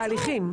תהליכים.